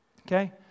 okay